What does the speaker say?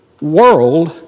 world